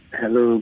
hello